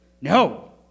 No